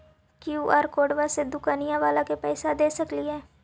QR कोडबा से दुकनिया बाला के पैसा दे सक्रिय?